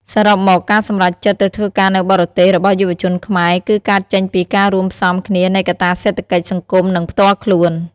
សរុបមក ការសម្រេចចិត្តទៅធ្វើការនៅបរទេសរបស់យុវជនខ្មែរ គឺកើតចេញពីការរួមផ្សំគ្នានៃកត្តាសេដ្ឋកិច្ច សង្គម និងផ្ទាល់ខ្លួន។